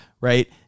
right